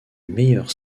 meilleures